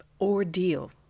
ordeal